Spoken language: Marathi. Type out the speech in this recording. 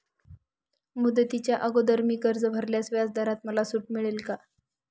मुदतीच्या अगोदर मी कर्ज भरल्यास व्याजदरात मला सूट मिळेल का?